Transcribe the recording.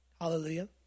Hallelujah